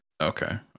Okay